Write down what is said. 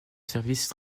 service